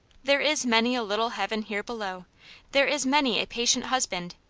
there is many a little heaven here below there is many a patient husband,